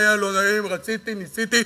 היה לא נעים, רציתי, ניסיתי.